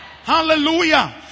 Hallelujah